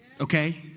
Okay